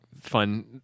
Fun